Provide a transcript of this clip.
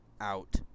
out